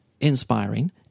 inspiring